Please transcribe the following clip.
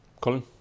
Colin